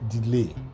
delay